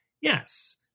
Yes